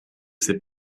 ses